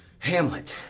hamlet,